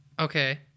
Okay